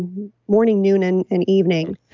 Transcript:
morning, noon and and evening.